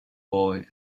boy